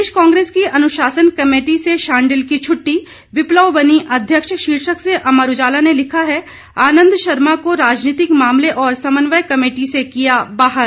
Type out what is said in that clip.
प्रदेश कांग्रेस की अनुशासन कमेटी से शांडिल की छुट्टी विप्लव बनीं अध्यक्ष शीर्षक से अमर उजाला ने लिखा है आनंद शर्मा को राजनीतिक मामले और समन्वय कमेटी से किया बाहर